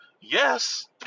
Yes